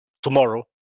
Tomorrow